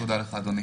תודה אדוני.